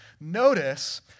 notice